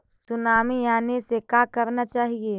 Tsunami आने से का करना चाहिए?